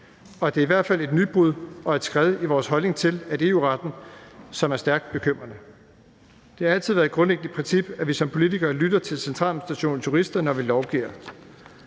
og det er i hvert fald et nybrud og et skred i vores holdning til EU-retten, som er stærkt bekymrende. Det har altid været et grundlæggende princip, at vi som politikere lytter til centraladministrationens jurister, når vi lovgiver.